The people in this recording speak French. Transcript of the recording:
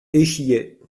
échillais